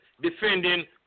defending